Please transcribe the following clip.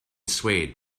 swayed